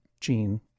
Gene